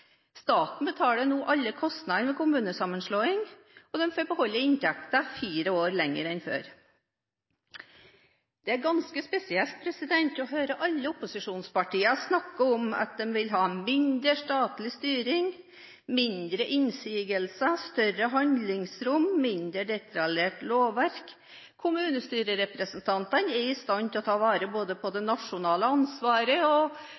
Staten betaler nå alle kostnader ved kommunesammenslåing, og kommunene får beholde inntekten fire år lenger enn før. Det er ganske spesielt å høre alle opposisjonspartiene snakke om at de vil ha mindre statlig styring, færre innsigelser, større handlingsrom, mindre detaljert lovverk. Kommunestyrerepresentantene er i stand til å ta vare på